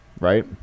right